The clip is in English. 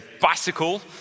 bicycle